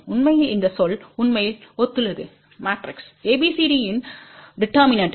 உண்மையில் இந்த சொல் உண்மையில் ஒத்துள்ளது மேட்ரிக்ஸ் ABCDயின் டீடெர்மினன்ட்பான்